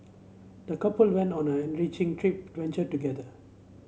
the couple went on an enriching trip adventure together